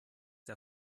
der